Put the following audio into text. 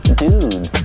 dude